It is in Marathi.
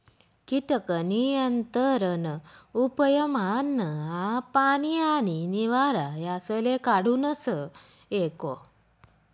कीटक नियंत्रण उपयमा अन्न, पानी आणि निवारा यासले काढूनस एको